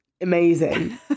Amazing